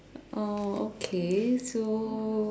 oh okay so